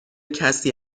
کسی